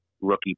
rookie